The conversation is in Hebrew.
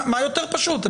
מה יותר פשוט?